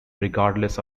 regardless